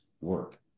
work